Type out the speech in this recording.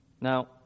Now